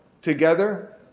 together